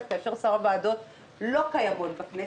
כאשר שאר הוועדות לא קיימות בכנסת,